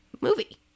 movie